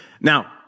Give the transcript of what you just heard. Now